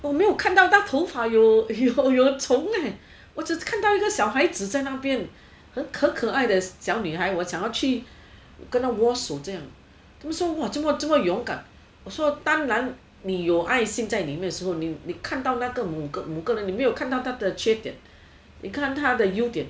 我没有看到他头发有虫了我只看到一个小孩子在那边很可爱的小女孩我想跟他握手这样他们说喔这么这么勇敢我说当然你有爱心在里面的时候你看到那个某个人你没有看到她的缺点你看到她的优点就是这样很奇怪的吗